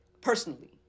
personally